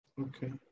Okay